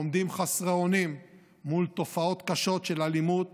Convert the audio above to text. העומדים חסרי אונים מול תופעות קשות של אלימות